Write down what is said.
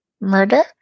murder